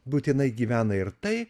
būtinai gyvena ir tai